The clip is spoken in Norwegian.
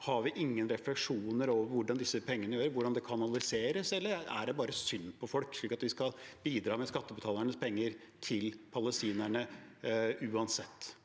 Har vi ingen refleksjoner over hvor disse pengene går, og hvordan det kanaliseres – eller er det bare synd på folk, slik at vi skal bidra med skattebetalernes penger til palestinerne uansett?